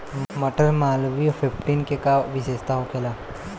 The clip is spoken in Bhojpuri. मटर मालवीय फिफ्टीन के का विशेषता होखेला?